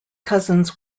cousins